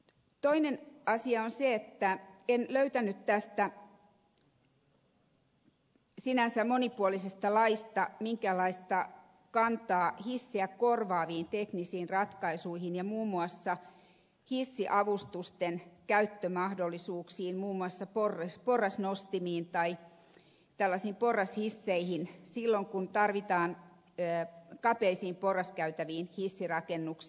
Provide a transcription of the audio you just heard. toinen asia on se että en löytänyt tästä sinänsä monipuolisesta laista minkäänlaista kantaa hissiä korvaaviin teknisiin ratkaisuihin ja mahdollisuuksiin käyttää hissiavustuksia muun muassa porrasnostimiin tai tällaisiin porrashisseihin silloin kun tarvitaan kapeisiin porraskäytäviin hissirakennelmia